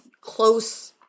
close